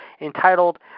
entitled